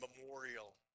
memorial